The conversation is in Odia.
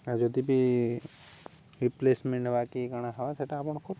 ଆଉ ଯଦି ବି ରିପ୍ଲେସମେଣ୍ଟ ହବା କି କାଣା ହବା ସେଇଟା ଆପଣ କୁ